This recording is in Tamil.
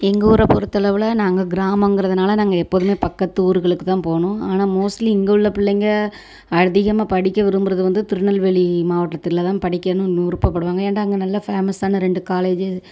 எங்கள் ஊரை பொருத்தளவில் நாங்கள் கிராமங்குறதுனால் நாங்கள் எப்போதுமே பக்கத்து ஊர்களுக்குத் தான் போகணும் ஆனால் மோஸ்ட்லி இங்கே உள்ள பிள்ளைங்க அதிகமாக படிக்க விரும்புகிறது வந்து திருநெல்வேலி மாவட்டத்தில் தான் படிக்கணும்னு விருப்பப்படுவாங்க ஏன்டா அங்கே நல்ல ஃபேமஸான ரெண்டு காலேஜ்